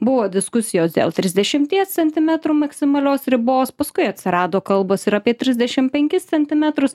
buvo diskusijos dėl trisdešimties centimetrų maksimalios ribos paskui atsirado kalbos ir apie trisdešimt penkis centimetrus